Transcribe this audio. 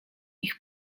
ich